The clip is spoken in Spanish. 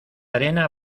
arena